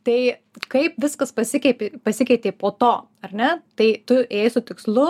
tai kaip viskas pasikeipė pasikeitė po to ar ne tai tu ėjai su tikslu